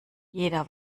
jeder